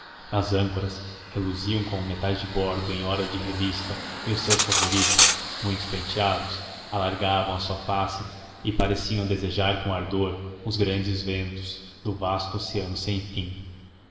as âncoras reluziam como metais de bordo em hora de revista e os seus favoritos muito penteados alargavam a sua face e pareciam desejar com ardor os grandes ventos do vasto oceano sem fim